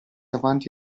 avanti